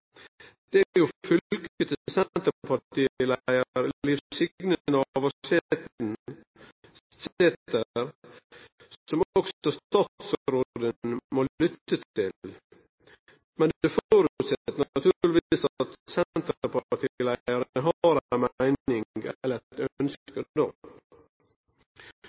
jo fylket til senterpartileder Liv Signe Navarsete, som også statsråden må lytte til. Men det forutsetter naturligvis at